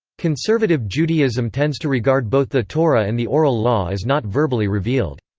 conservative judaism tends to regard both the torah and the oral law as not verbally revealed.